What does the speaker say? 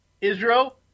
Israel